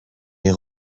les